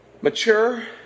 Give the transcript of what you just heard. mature